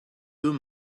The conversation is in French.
deux